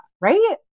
Right